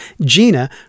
Gina